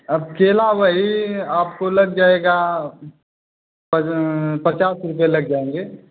अब केला वही आपको लग जाएगा पचास रुपये लग जाएँगे